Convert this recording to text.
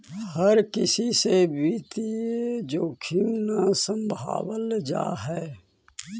हर किसी से वित्तीय जोखिम न सम्भावल जा हई